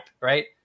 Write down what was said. Right